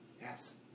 Yes